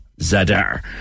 Zadar